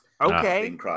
Okay